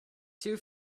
two